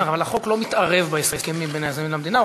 אבל החוק לא מתערב בהסכמים בין היזמים למדינה.